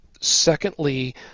Secondly